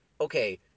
okay